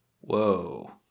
Whoa